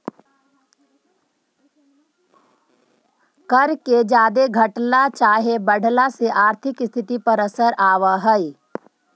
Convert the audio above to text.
कर के जादे घटला चाहे बढ़ला से आर्थिक स्थिति पर असर आब हई